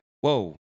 whoa